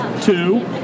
two